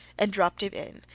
and dropped it in,